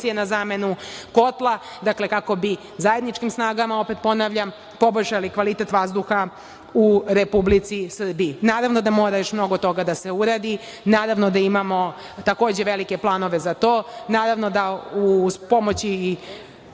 za zamenu kotla, kako bi zajedničkim snagama, ponavljam, poboljšali kvalitet vazduha u Republici Srbiji. Naravno, da mora još mnogo toga da se uradi, naravno da imamo takođe, velike planove za to, naravno da uz pomoć